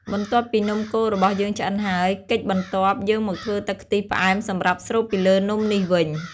បន្ទាប់ពីនំកូររបស់យើងឆ្អិនហើយ កិច្ចបន្ទាប់ យើងមកធ្វើទឹកខ្ទិះផ្អែមសម្រាប់ស្រូបពីលើនំនេះវិញ។